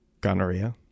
gonorrhea